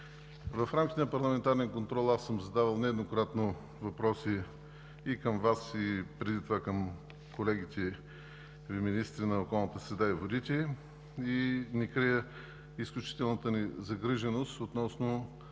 В рамките на парламентарния контрол съм задавал нееднократно въпроси и към Вас, и преди това към колегите министри на околната среда и водите, и не крия изключителната ни загриженост относно